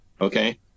Okay